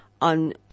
on